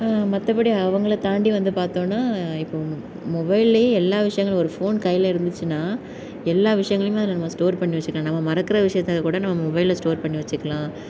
மற்றபடி அவங்கள தாண்டி வந்து பார்த்தோன்னா இப்போது மொபைல்லையே எல்லா விஷயங்களும் ஒரு ஃபோன் கையில் இருந்துச்சுனா எல்லா விஷயங்களையுமே அதில் நம்ம ஸ்டோர் பண்ணி வச்சுக்கெலாம் நம்ம மறக்கிற விஷயத்த கூட நம்ம மொபைலில் ஸ்டோர் பண்ணி வச்சுக்கலாம்